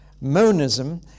Monism